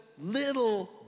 little